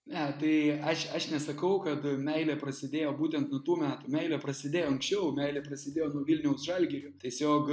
ne tai aš aš nesakau kad meilė prasidėjo būtent nuo tų metų meilė prasidėjo anksčiau meilė prasidėjo nuo vilniaus žalgirio tiesiog